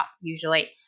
usually